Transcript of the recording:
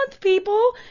people